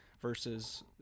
Versus